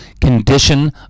condition